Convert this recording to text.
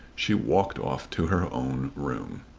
she walked off to her own room.